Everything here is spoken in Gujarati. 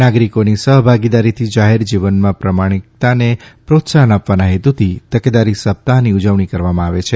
નાગરિકોની સહભાગીદારીથી જાહેર જીવનમાં પ્રામાણિકતાને પ્રોત્સાહન આપવાના હેતુથી તકેદારી સપ્તાહની ઉજવણી કરવામાં આવે છે